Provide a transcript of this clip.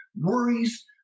worries